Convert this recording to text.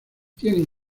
tienen